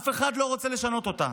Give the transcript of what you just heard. אף אחד לא רוצה לשנות אותו.